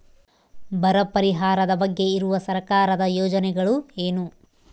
ಬರ ಪರಿಹಾರದ ಬಗ್ಗೆ ಇರುವ ಸರ್ಕಾರದ ಯೋಜನೆಗಳು ಏನು?